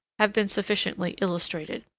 have been sufficiently illustrated.